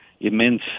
immense